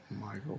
Michael